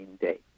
day